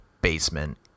Basement